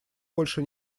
больше